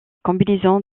combinaison